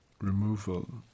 removal